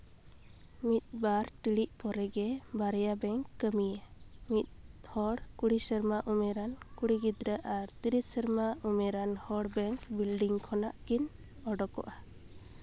ᱢᱤᱫ ᱵᱟᱨ ᱴᱤᱲᱤᱡ ᱯᱚᱨᱮᱜᱮ ᱵᱟᱨᱭᱟ ᱵᱮᱝᱠ ᱠᱟᱹᱢᱭᱟᱹ ᱢᱤᱫ ᱦᱚᱲ ᱠᱩᱲᱤ ᱥᱮᱨᱢᱟ ᱩᱢᱮᱨᱟᱱ ᱠᱩᱲᱤ ᱜᱤᱫᱽᱨᱟᱹ ᱟᱨ ᱛᱤᱨᱤᱥ ᱥᱮᱨᱢᱟ ᱩᱢᱮᱨᱟᱱ ᱦᱚᱲ ᱵᱮᱝᱠ ᱵᱤᱞᱰᱤᱝ ᱠᱷᱚᱱᱟᱜ ᱠᱤᱱ ᱳᱰᱳᱠᱚᱜᱼᱟ